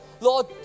Lord